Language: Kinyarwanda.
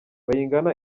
bayingana